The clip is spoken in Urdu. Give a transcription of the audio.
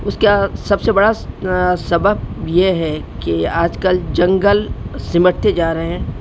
اس کا سب سے بڑا سبب یہ ہے کہ آج کل جنگل سمٹتے جا رہے ہیں